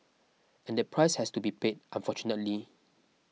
and the price has to be paid unfortunately